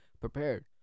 prepared